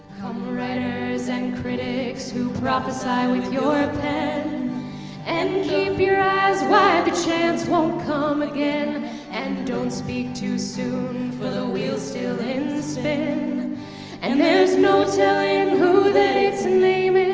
writers and critics who prophesy with your pen and keep your eyes wide the chance won't come again and don't speak too soon for the wheel's still in spin and there's no tellin' who that it's namin'